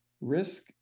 Risk